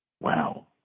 Wow